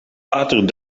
pater